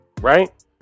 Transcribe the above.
right